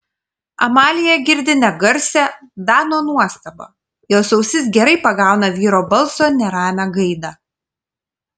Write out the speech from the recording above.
amalija girdi negarsią dano nuostabą jos ausis gerai pagauna vyro balso neramią gaidą